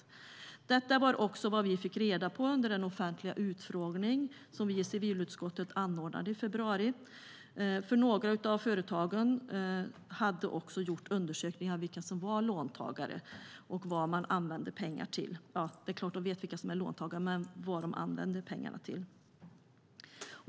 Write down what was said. Detta var också vad vi fick reda på under den offentliga utfrågning som vi i civilutskottet anordnade i februari. Några av företagen som lånade ut pengar hade nämligen också gjort undersökningar av vilka som var låntagare och vad de använde pengarna till.